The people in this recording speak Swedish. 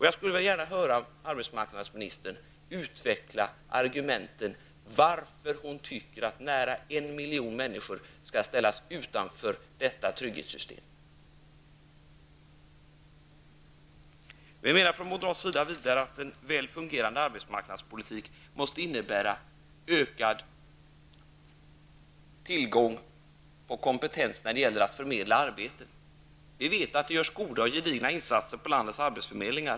Jag skulle gärna vilja höra arbetsmarknadsministern utveckla argumenten för varför hon anser att nära en miljon människor skall ställas utanför detta trygghetssystem. Vi moderater menar vidare att en väl fungerande arbetsmarknadspolitik måste innebära ökad tillgång på kompetens när det gäller att förmedla arbete. Vi vet att det görs goda och gedigna insatser på landets arbetsförmedlingar.